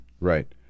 Right